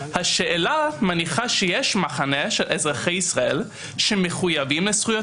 השאלה מניחה שיש מחנה של אזרחי ישראל שמחויבים לזכויות